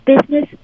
business